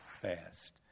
fast